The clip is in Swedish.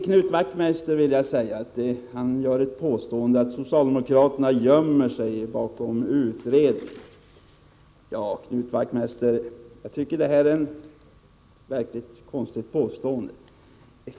Knut Wachtmeister påstår att socialdemokraterna gömmer sig bakom utredningar. Jag tycker, Knut Wachtmeister, att det är ett mycket konstigt påstående.